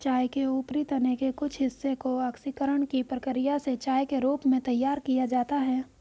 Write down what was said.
चाय के ऊपरी तने के कुछ हिस्से को ऑक्सीकरण की प्रक्रिया से चाय के रूप में तैयार किया जाता है